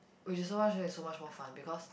which is its so much more fun because